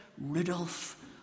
Rudolph